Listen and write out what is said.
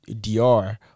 DR